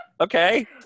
okay